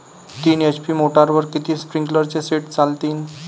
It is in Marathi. तीन एच.पी मोटरवर किती स्प्रिंकलरचे सेट चालतीन?